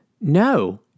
no